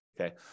Okay